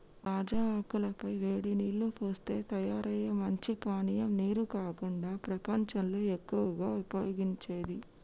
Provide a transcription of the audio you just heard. తాజా ఆకుల పై వేడి నీల్లు పోస్తే తయారయ్యే మంచి పానీయం నీరు కాకుండా ప్రపంచంలో ఎక్కువగా ఉపయోగించేది